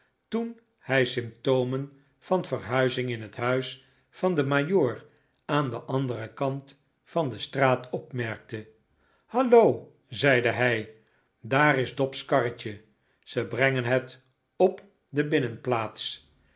toen hij symptomen van verhuizing in het huis van den majoor aan den anderen kant van de straat opmerkte hallo zeide hij daar is dobs karretje ze brengen het op de binnenplaats